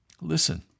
Listen